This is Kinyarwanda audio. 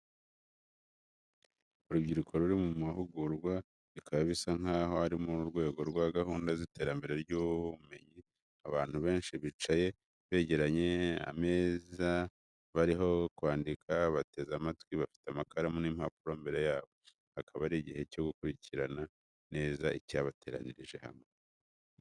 Urubyiruko ruri mu mahugurwa, bikaba bisa nkaho ari mu rwego rwa gahunda z’iterambere ry’ubumenyi. Abantu benshi bicaye begereye ameza barimo kwandika, bateze amatwi, bafite amakaramu n’impapuro imbere yabo. Akaba ari igihe cyo gukurikirana neza icyabateranyirije hamwe.